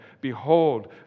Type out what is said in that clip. Behold